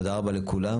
תודה רבה לכולם.